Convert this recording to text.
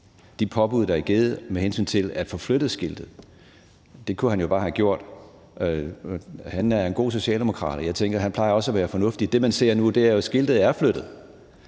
de påbud, der er givet, med hensyn til at få flyttet skiltet. Det kunne han jo bare have gjort. Han er en god socialdemokrat, og jeg tænker, at han også plejer at være fornuftig. Det, man ser nu, er jo, at skiltet er flyttet,